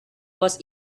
was